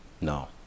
No